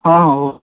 ହଁ ହଁ ହଉ